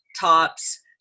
tops